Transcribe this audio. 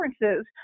differences